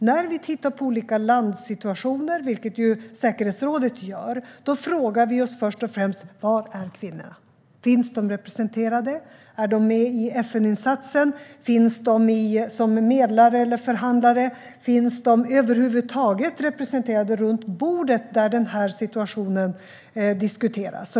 När vi tittar på olika landsituationer, vilket säkerhetsrådet gör, frågar vi oss först och främst: Var är kvinnorna? Finns de representerade? Är de med i FN-insatsen? Finns de som medlare eller förhandlare? Finns de över huvud taget representerade runt bordet där denna situation diskuteras?